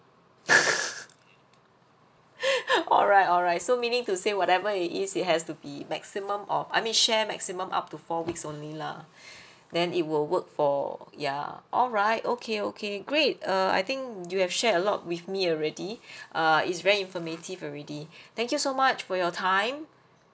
all right all right so meaning to say whatever it is it has to be maximum of I mean share maximum up to four weeks only lah then it will work for yeah all right okay okay great uh I think you have shared a lot with me already uh it's very informative already thank you so much for your time